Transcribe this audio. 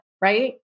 right